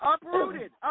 Uprooted